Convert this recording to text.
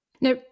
Now